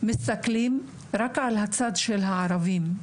מסתכלים רק על הצד של הערבים.